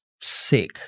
sick